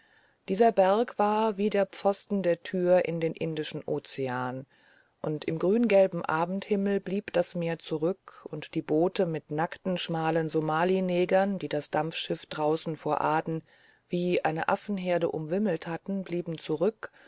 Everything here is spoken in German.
dieser berg war wie der pfosten der tür in den indischen ozean und im grüngelben abendhimmel blieb das meer zurück und die boote mit nackten schmalen somalinegern die das dampfschiff draußen vor aden wie eine affenherde umwimmelt hatten blieben zurück